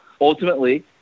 ultimately